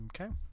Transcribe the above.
okay